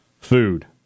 food